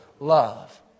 love